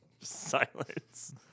Silence